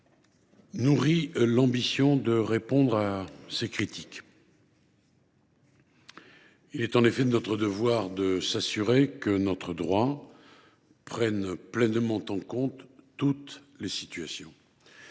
nourrit l’ambition de répondre à ces critiques. Il est en effet de notre devoir de nous assurer que notre droit prenne pleinement en compte toutes les situations.